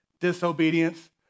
disobedience